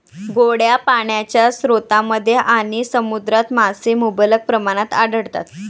गोड्या पाण्याच्या स्रोतांमध्ये आणि समुद्रात मासे मुबलक प्रमाणात आढळतात